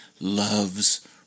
loves